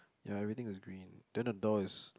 ya everything is green then the door is